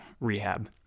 rehab